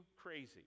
crazy